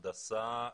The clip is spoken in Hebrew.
הנדסה,